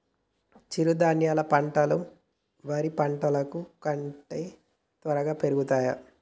చిరుధాన్యాలు పంటలు వరి పంటలు కంటే త్వరగా పెరుగుతయా?